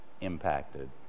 impacted